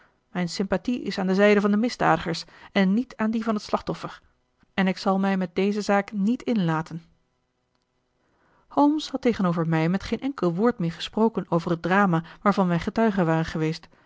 mijn sympathie is aan de zijde van de misdadigers en niet aan die van het slachtoffer en ik zal mij met deze zaak niet inlaten holmes had tegenover mij met geen enkel woord meer gesproken over het drama waarvan wij getuigen waren geweest